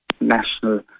national